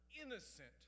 innocent